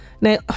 Now